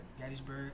Gettysburg